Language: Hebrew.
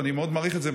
ואני מאוד מעריך את זה,